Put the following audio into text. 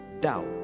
doubt